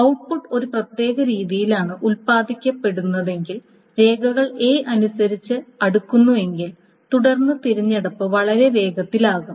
output ഒരു പ്രത്യേക രീതിയിലാണ് ഉൽപാദിപ്പിക്കപ്പെടുന്നതെങ്കിൽ രേഖകൾ A അനുസരിച്ച് അടുക്കുന്നുവെങ്കിൽ തുടർന്നുള്ള തിരഞ്ഞെടുപ്പ് വളരെ വേഗത്തിലാകും